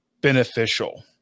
beneficial